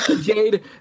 Jade